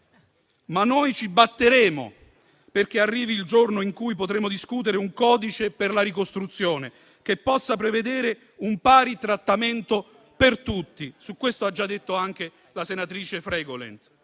Ma noi ci batteremo perché arrivi il giorno in cui potremo discutere un codice per la ricostruzione che possa prevedere un pari trattamento per tutti (su questo ha già detto anche la senatrice Fregolent)